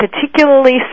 particularly